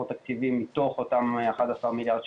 תקציבי מתוך אותם 11 מיליארד שקלים.